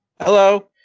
Hello